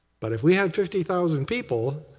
but if we have fifty thousand people